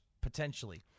potentially